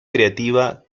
creativa